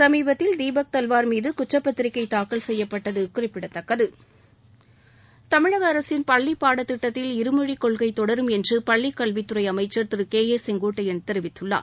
சமீபத்தில் தீபக் தல்வார் மீது குற்றப்பத்திரிக்கை தாக்கல் செய்யப்பட்டது குறிப்பிடத்தக்கது தமிழக அரசின் பள்ளிப் பாடத் திட்டத்தில் இருமொழி கொள்கை தொடரும் என்று பள்ளி கல்வித்துறை அமைச்சர் திரு கே ஏ செங்கோட்டையன் தெரிவித்துள்ளார்